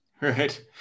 Right